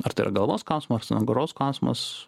ar tai yra galvos skausmas ar nugaros skausmas